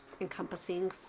encompassing